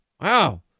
Wow